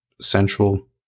central